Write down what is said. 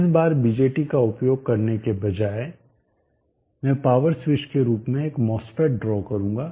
इस बार BJT का उपयोग करने के बजाय मैं पावर स्विच के रूप में एक MOSFET ड्रा करूंगा